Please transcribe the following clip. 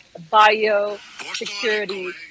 biosecurity